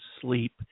sleep